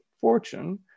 Fortune